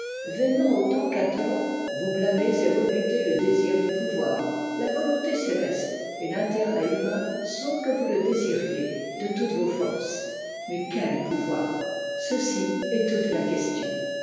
vainement autant qu'à tort vous blâmez et rebutez le désir du pouvoir la volonté céleste et l'intérêt humain sont que vous le désiriez de toutes vos forces mais yh pouvoir ceci est toute la question